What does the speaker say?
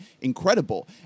incredible